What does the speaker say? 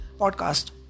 podcast